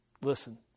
Listen